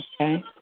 Okay